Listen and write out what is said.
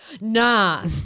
Nah